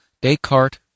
Descartes